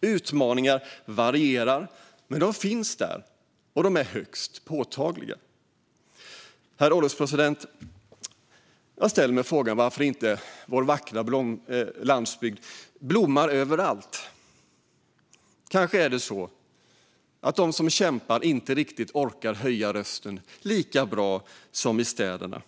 Utmaningarna varierar, men de finns där, och de är högst påtagliga. Herr ålderspresident! Jag ställer mig frågan varför vår landsbygd inte blommar överallt. Kanske är det så att de som kämpar inte riktigt orkar höja rösten lika bra som i städerna.